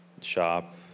shop